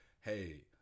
hey